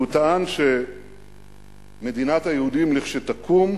והוא טען שמדינת היהודים, לכשתקום,